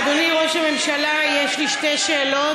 אדוני ראש הממשלה, יש לי שתי שאלות.